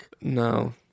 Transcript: No